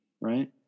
right